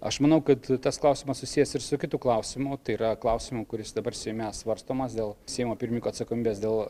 aš manau kad tas klausimas susijęs ir su kitu klausimu tai yra klausimu kuris dabar seime svarstomas dėl seimo pirmininko atsakomybės dėl